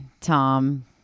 Tom